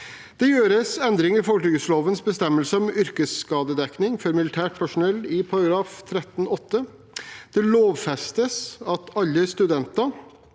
Det gjøres endringer i folketrygdlovens bestemmelse om yrkesskadedekning for militært personell i § 13-8. Det lovfestes at alle studenter,